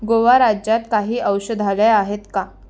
गोवा राज्यात काही औषधालय आहेत का